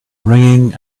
ringing